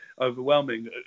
overwhelming